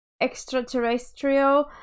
extraterrestrial